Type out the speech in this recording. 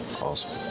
Awesome